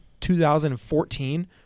2014